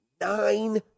nine